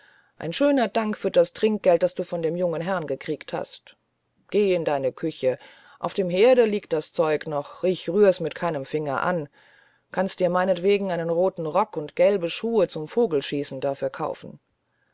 ein schöner dank für das trinkgeld das du vom jungen herrn gekriegt hast geh in deine küche auf dem herde liegt das zeug noch ich rühr's mit keinem finger an kannst dir meinetwegen einen roten rock und gelbe schuhe zum vogelschießen dafür kaufen